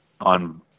on